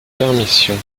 permission